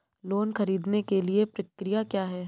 Loan ख़रीदने के लिए प्रक्रिया क्या है?